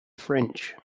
french